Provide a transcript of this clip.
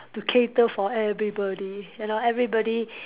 to cater for everybody you know everybody